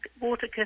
water